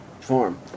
form